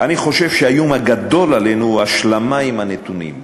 אני חושב שהאיום הגדול עלינו הוא השלמה עם הנתונים.